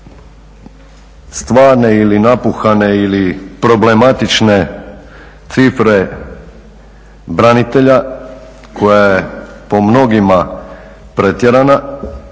stvarne, ili napuhane, ili problematične cifre branitelja koja je po mnogima pretjerana,